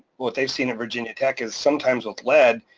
what they've seen at virginia tech is sometimes with lead,